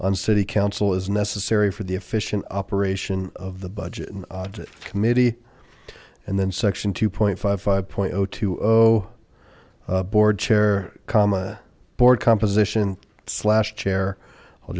on city council is necessary for the efficient operation of the budget and audit committee and then section two five five point zero two o board chair comma board composition slash chair i'll